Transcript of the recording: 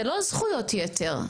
זה לא זכויות יתר.